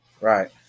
Right